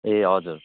ए हजुर